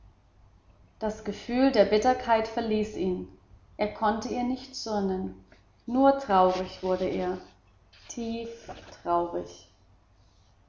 das gefühl der bitterkeit verließ ihn er konnte ihr nicht zürnen nur traurig wurde er tieftraurig